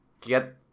Get